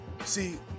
See